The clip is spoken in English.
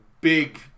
big